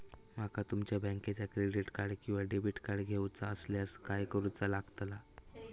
माका तुमच्या बँकेचा क्रेडिट कार्ड किंवा डेबिट कार्ड घेऊचा असल्यास काय करूचा लागताला?